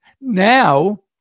Now